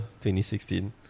2016